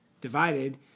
divided